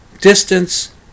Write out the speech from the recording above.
distance